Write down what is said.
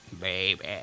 Baby